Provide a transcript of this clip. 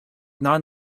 non